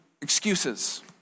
excuses